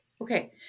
Okay